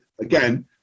Again